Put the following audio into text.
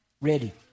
ready